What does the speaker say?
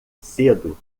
cedo